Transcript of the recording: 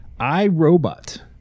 iRobot